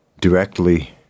directly